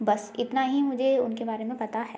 बस इतना ही मुझे उनके बारे में पता है